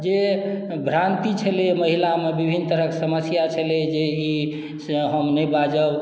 जे भ्रान्ति छलैया महिला मे विभिन्न तरहक समस्या छलैया जे ई से हम नहि बाजब